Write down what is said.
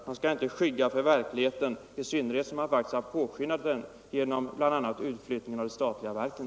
Man skall inte skygga för verkligheten, i synnerhet som man faktiskt påskyndat denna verklighet, bl.a. genom utflyttning av de statliga verken.